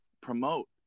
promote